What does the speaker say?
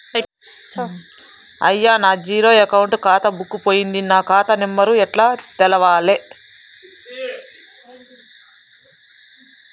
అయ్యా నా zero account ఖాతా బుక్కు పోయింది నా ఖాతా నెంబరు ఎట్ల తెలవాలే?